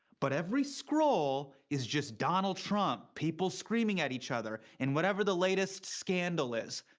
but every scroll is just donald trump, people screaming at each other, and whatever the latest scandal is.